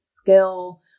skill